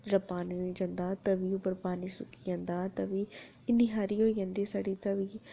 पानी तवी पर जंदा तवी पर सुक्की जंदा तवी इन्नी हारी होई जंदी साढ़ी तवी